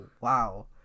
wow